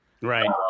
Right